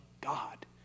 God